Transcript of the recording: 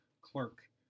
clerk